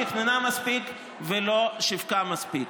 מספיק ולא שיווקה מספיק.